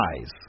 eyes